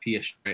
ps